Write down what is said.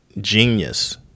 genius